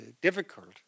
difficult